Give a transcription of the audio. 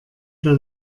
der